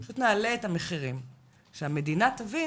פשוט נעלה את המחירים שהמדינה תבין,